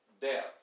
death